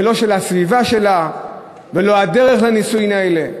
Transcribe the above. ולא של הסביבה שלה, ולא הדרך לנישואין האלה.